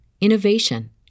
innovation